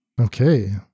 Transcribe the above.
Okay